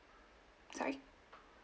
sorry